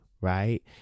right